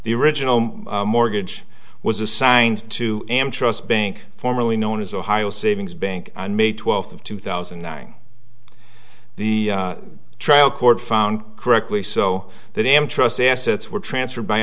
the original mortgage was assigned to am trust bank formerly known as ohio savings bank on may twelfth of two thousand and nine the trial court found correctly so the name trust assets were transferred by